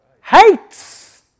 hates